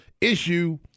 issue